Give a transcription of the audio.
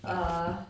err